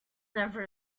never